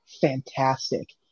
fantastic